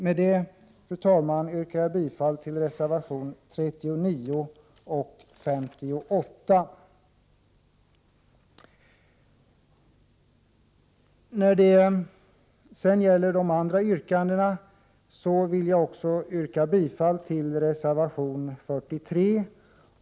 Med detta, fru talman, yrkar jag bifall till reservationerna 39 och 58. Jag yrkar också bifall till reservation 43.